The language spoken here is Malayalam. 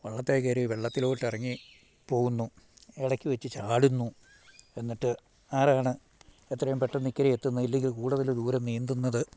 വള്ളത്തെ കയറി വെള്ളത്തിലോട്ട് ഇറങ്ങി പോകുന്നു ഇടയ്ക്ക് വച്ച് ചാടുന്നു എന്നിട്ട് ആരാണ് എത്രയും പെട്ടെന്ന് ഇക്കരെ എത്തുന്നത് ഇല്ലെങ്കിൽ കൂടുതല് ദൂരം നീന്തുന്നത്